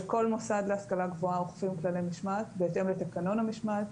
בכל מוסד להשכלה גבוהה אוכפים כללי משמעת בהתאם לתקנות המשמעת,